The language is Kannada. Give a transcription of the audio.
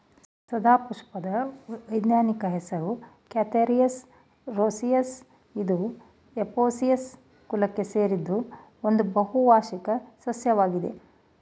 ಸದಾಪುಷ್ಪದ ವೈಜ್ಞಾನಿಕ ಹೆಸರು ಕ್ಯಾಥೆರ್ಯಂತಸ್ ರೋಸಿಯಸ್ ಇದು ಎಪೋಸೈನೇಸಿ ಕುಲಕ್ಕೆ ಸೇರಿದ್ದು ಒಂದು ಬಹುವಾರ್ಷಿಕ ಸಸ್ಯವಾಗಿದೆ